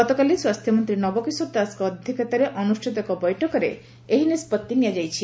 ଗତକାଲି ସ୍ୱାସ୍ଥ୍ୟମନ୍ତୀ ନବକିଶୋର ଦାସଙ୍କ ଅଧ୍ଧକ୍ଷତାରେ ଅନୁଷ୍ଠିତ ଏକ ବୈଠକରେ ଏହି ନିଷ୍ବଭି ନିଆଯାଇଛି